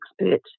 expert